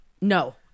No